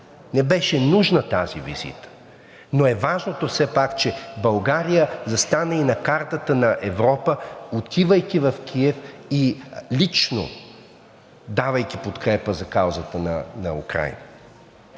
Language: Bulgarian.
не беше нужна тази визита, но важното все пак е, че България застана и на картата на Европа, отивайки в Киев и лично давайки подкрепа за каузата на Украйна.